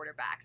quarterbacks